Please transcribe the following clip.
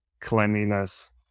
cleanliness